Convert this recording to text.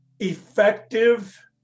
effective